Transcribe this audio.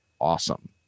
awesome